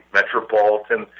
Metropolitan